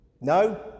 No